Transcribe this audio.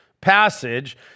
passage